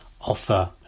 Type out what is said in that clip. offer